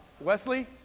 Wesley